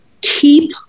keep